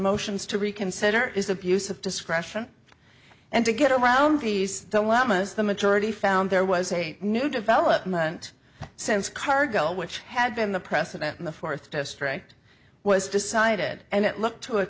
motions to reconsider is abuse of discretion and to get around these the lamas the majority found there was a new development since cargo which had been the precedent in the fourth district was decided and it looked to